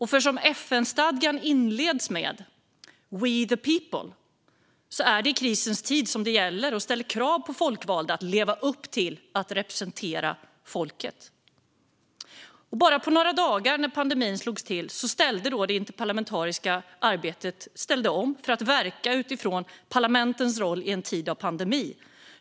FN-stadgan inleds med "we, the peoples", och det är i krisens tid som det verkligen gäller att ställa krav på de folkvalda att leva upp till att representera folket. Bara på några dagar när pandemin slog till ställde det interparlamentariska arbetet om till att verka för parlamentens roll i en tid av pandemi.